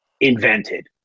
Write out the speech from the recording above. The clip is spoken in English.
invented